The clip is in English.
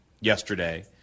yesterday